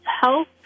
health